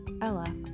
ella